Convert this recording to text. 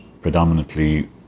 predominantly